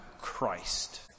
Christ